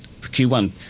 Q1